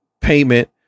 payment